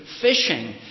fishing